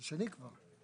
זה שני כבר.